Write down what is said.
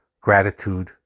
gratitude